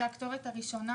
זו הכתובת הראשונה,